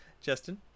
Justin